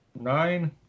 Nine